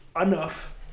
enough